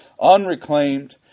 unreclaimed